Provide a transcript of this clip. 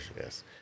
yes